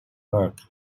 work